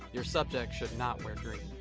your subject should not wear green.